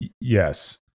Yes